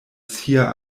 sia